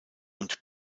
und